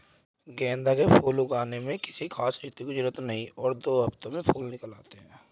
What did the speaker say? गेंदे के फूल उगाने में किसी खास ऋतू की जरूरत नहीं और दो हफ्तों में फूल निकल आते हैं